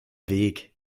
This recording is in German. weg